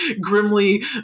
grimly